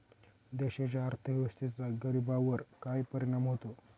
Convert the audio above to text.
देशाच्या अर्थव्यवस्थेचा गरीबांवर काय परिणाम होतो